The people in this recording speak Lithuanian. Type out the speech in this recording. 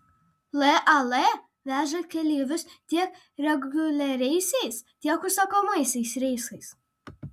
lal veža keleivius tiek reguliariaisiais tiek užsakomaisiais reisais